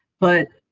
but.